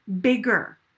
bigger